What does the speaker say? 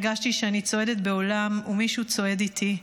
הרגשתי שאני צועדת בעולם ומישהו צועד איתי.